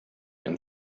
and